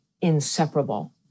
inseparable